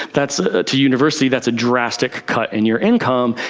that's a to university, that's a drastic cut in your income.